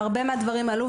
והרבה מהדברים עלו,